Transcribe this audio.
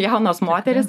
jaunos moterys